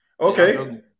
okay